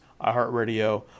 iHeartRadio